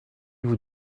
vous